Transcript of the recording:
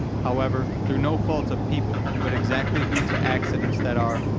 however through no fault of people, but exactly due to accidents that are,